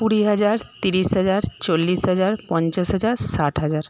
কুড়ি হাজার তিরিশ হাজার চল্লিশ হাজার পঞ্চাশ হাজার ষাট হাজার